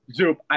Zoop